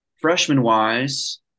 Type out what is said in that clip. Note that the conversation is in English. freshman-wise